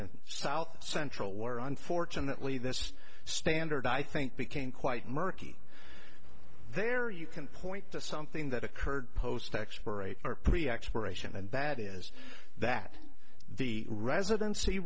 in south central or unfortunately this standard i think became quite murky there you can point to something that occurred post expiration or pre expiration and that is that the residency